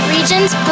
Regions